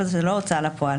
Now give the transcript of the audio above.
אבל זאת לא הוצאה לפועל.